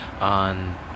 on